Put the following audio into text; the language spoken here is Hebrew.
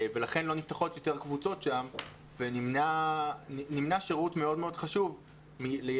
ולכן לא נפתחות יותר קבוצות שם ונמנע שירות מאוד מאוד חשוב מהילדים,